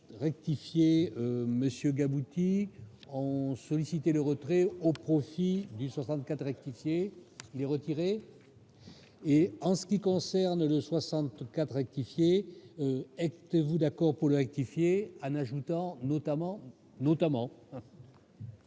rectifier monsieur qui ont sollicité le retrait au profit du 64 expliquer les retirer et en ce qui concerne le 64ème quitter: êtes-vous d'accord pour rectifier Anne ajoutant notamment notamment.